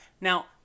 now